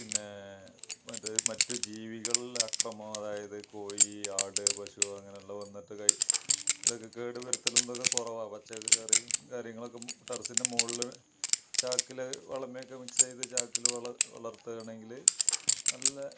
പിന്നേ മറ്റ് മറ്റ് ജീവികളുടെ അക്രമം അതായത് കോഴി ആട് പശൂ അങ്ങനെയുള്ള വന്നിട്ട് കൈ ഇതൊക്കെ കേടുവരുത്തലും ഒക്കെ കുറവാണ് പച്ചക്കറിയും കാര്യങ്ങളൊക്കെ ടെറസിന്റെ മുകളിൽ ചാക്കിൽ വളമൊക്കെ മിക്സ് ചെയ്ത് ചാക്കിൽ വളര്ത്തുവാണെങ്കിൽ നല്ല